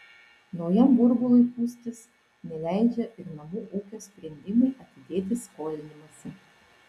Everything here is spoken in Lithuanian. naujam burbului pūstis neleidžia ir namų ūkio sprendimai atidėti skolinimąsi